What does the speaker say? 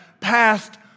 passed